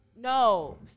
No